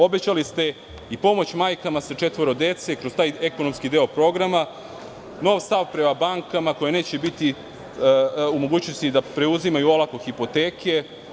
Obećali ste i pomoć majkama sa četvoro dece i kroz taj ekonomski deo programa novi stav prema bankama koje neće biti u mogućnosti da preuzimaju olako hipoteke.